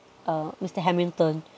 uh mister hamilton